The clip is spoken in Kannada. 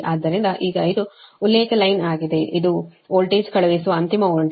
ಆದ್ದರಿಂದ ಈಗ ಇದು ಉಲ್ಲೇಖ ಲೈನ್ ಆಗಿದೆ ಇದು ವೋಲ್ಟೇಜ್ ಕಳುಹಿಸುವ ಅಂತಿಮ ವೋಲ್ಟೇಜ್ ಅದರ ಕೋನವು 8